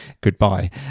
Goodbye